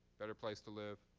better place to live.